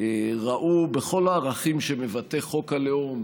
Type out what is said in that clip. ראו בכל הערכים שמבטא חוק הלאום